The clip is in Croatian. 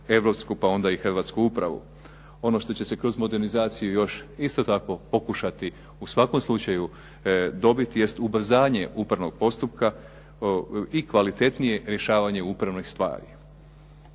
pa onda i hrvatsku upravu. Ono što će se kroz modernizaciju još isto tako pokušati u svakom slučaju dobiti jest ubrzanje upravnog postupka i kvalitetnije rješavanje upravnih stvari.